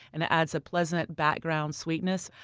and it adds a pleasant background sweetness.